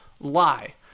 lie